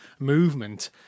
movement